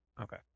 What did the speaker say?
Okay